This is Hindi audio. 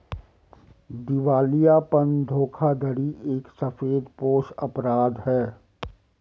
दिवालियापन धोखाधड़ी एक सफेदपोश अपराध है